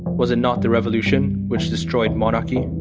was it not the revolution, which destroyed monarchy?